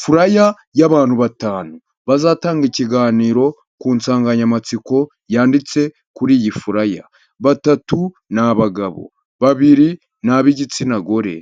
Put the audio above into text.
Furaya y’abantu batanu bazatanga ikiganiro ku insanganyamatsiko yanditse kuri iyi furaya, batatu n’ abagabo babiri nab’igitsina gore